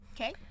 Okay